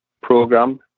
program